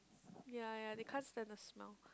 yea yea they can't stand the smell